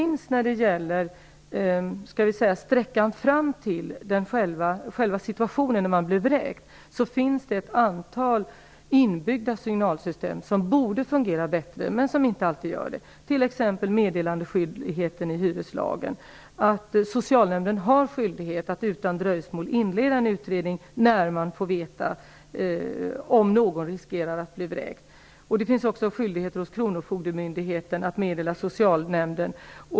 När det gäller sträckan fram till själva vräkningen finns det ett antal inbyggda signalsystem som borde fungera, men som inte alltid gör det, t.ex. meddelandeskyldigheten i hyreslagen och socialnämndens skyldighet att utan dröjsmål inleda en utredning när man får veta att någon riskerar att bli vräkt. Det finns också en skyldighet för kronofogdemyndigheten att meddela socialnämnden.